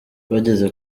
bageze